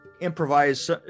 improvise